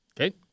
Okay